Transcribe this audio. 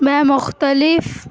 میں مختلف